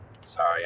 Sorry